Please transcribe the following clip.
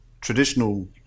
traditional